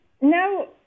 No